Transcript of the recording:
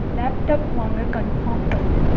laptop வாங்க confirm பண்ணு